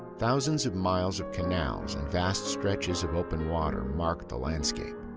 thousands of miles of canals and vast stretches of open water mark the landscape,